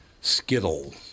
Skittle